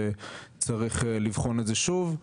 שצריך לבחון את זה שוב.